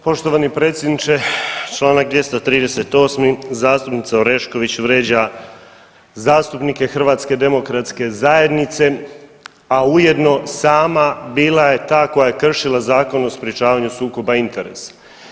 Poštovani predsjedniče Članak 238., zastupnica Orešković vrijeđa zastupnike HDZ-a, a ujedno sama bila je ta koja je kršila Zakon o sprječavanju sukoba interesa.